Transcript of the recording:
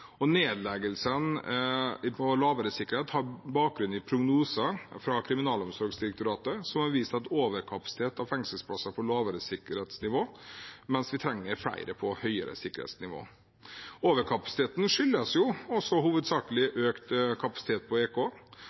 i kriminalomsorgen. Nedleggelsene av plasser med lavere sikkerhet har bakgrunn i prognoser fra Kriminalomsorgsdirektoratet, som har vist en overkapasitet på fengselsplasser med lavere sikkerhetsnivå, mens vi trenger flere med høyere sikkerhetsnivå. Overkapasiteten skyldes hovedsakelig økt kapasitet på EK.